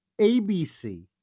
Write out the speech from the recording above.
ABC